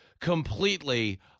completely